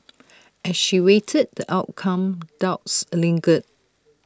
as she awaited the outcome doubts lingered